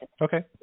Okay